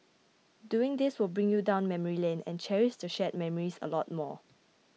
doing this will bring you down memory lane and cherish the shared memories a lot more